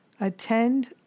attend